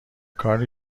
کاری